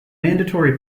mandatory